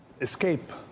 escape